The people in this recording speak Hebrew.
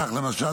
כך למשל,